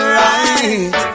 right